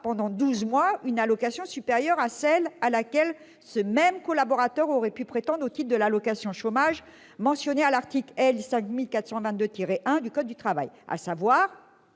pendant douze mois, une allocation supérieure à celle à laquelle ce même collaborateur aurait pu prétendre au titre de l'allocation chômage mentionnée à l'article L. 5422-1 du code du travail, à savoir